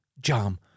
Jam